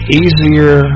easier